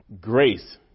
Grace